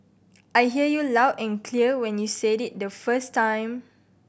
I heard you loud and clear when you said it the first time